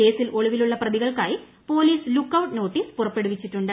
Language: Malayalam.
കേസിൽ ഒളിവിലുള്ള പ്രതികൾക്കായി പോലീസ് ലുക് ഔട്ട് നോട്ടീസ് പുറപ്പെടുവിച്ചിട്ടുണ്ട്